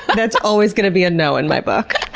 but that's always going to be a no in my book.